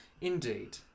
Indeed